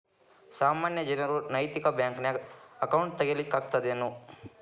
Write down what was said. ಸಾಮಾನ್ಯ ಜನರು ನೈತಿಕ ಬ್ಯಾಂಕ್ನ್ಯಾಗ್ ಅಕೌಂಟ್ ತಗೇ ಲಿಕ್ಕಗ್ತದೇನು?